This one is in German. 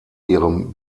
ihrem